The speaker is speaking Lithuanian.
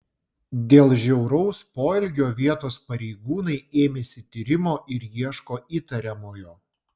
dėl žiauraus poelgio vietos pareigūnai ėmėsi tyrimo ir ieško įtariamojo